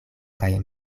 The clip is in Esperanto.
kaj